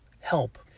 help